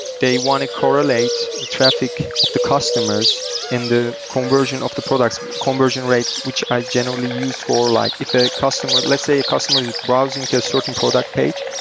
they want to correlate the traffic of the customers and the conversion of the products, conversion rate, which i generally use for like if a customer let's say a customer is browsing to a certain product page,